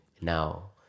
now